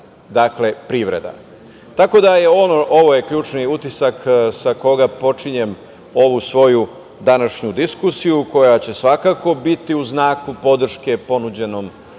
meta privreda. Tako da je ovo ključni utisak sa koga počinjem ovu svoju današnju diskusiju, koja će svakako biti u znaku podrške ponuđenom